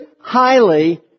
highly